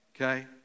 okay